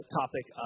topic